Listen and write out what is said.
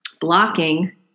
blocking